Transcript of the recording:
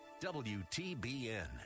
WTBN